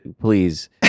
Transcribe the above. Please